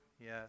Yes